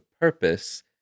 purpose